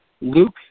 Luke